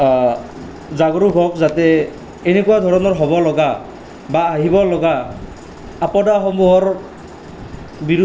জাগৰণ হওক যাতে এনেকুৱা ধৰণৰ হ'বলগা বা আহিবলগা আপদসমূহৰ